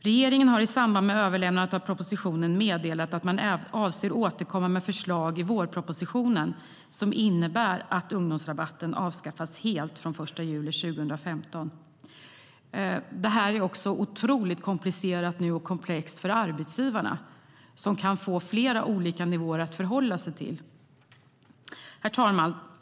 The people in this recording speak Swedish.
Regeringen har i samband med överlämnandet av propositionen meddelat att man avser att återkomma med förslag i vårpropositionen som innebär att ungdomsrabatten helt avskaffas från den 1 juli 2015. Det här blir oerhört komplicerat och komplext för arbetsgivarna, som kan få flera olika nivåer att förhålla sig till. Herr talman!